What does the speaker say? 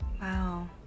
Wow